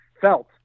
felt